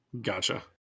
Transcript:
gotcha